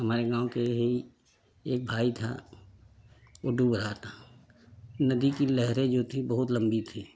हमारे गाँव के यही एक भाई था वो डूब रहा था नदी की लहरे जो थी बहुत लम्बी थीं